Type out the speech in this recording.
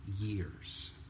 years